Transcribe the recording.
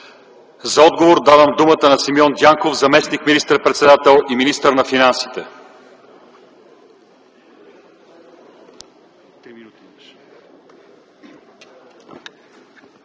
За отговор давам думата на Симеон Дянков – заместник министър-председател и министър на финансите.